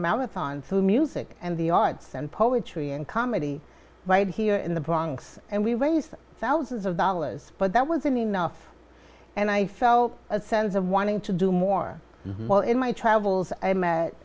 through music and the arts and poetry and comedy right here in the bronx and we raised thousands of dollars but that wasn't enough and i felt a sense of wanting to do more well in my travels